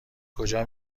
کجا